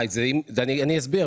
אני אסביר,